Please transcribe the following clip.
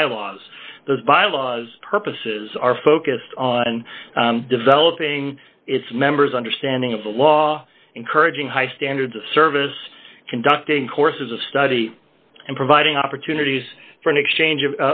those bylaws purposes are focused on developing its members understanding of the law encouraging high standards of service conducting courses of study and providing opportunities for an exchange of